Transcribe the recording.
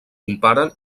comparen